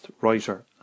writer